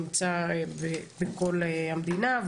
נמצאת בכל המדינה.